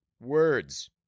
Words